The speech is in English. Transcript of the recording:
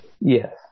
Yes